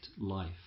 life